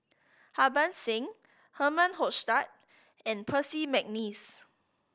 Harbans Singh Herman Hochstadt and Percy McNeice